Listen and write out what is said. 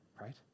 right